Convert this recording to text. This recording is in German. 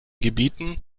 gebieten